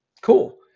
Cool